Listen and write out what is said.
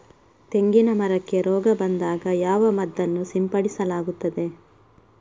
ತೆಂಗಿನ ಮರಕ್ಕೆ ರೋಗ ಬಂದಾಗ ಯಾವ ಮದ್ದನ್ನು ಸಿಂಪಡಿಸಲಾಗುತ್ತದೆ?